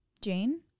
Jane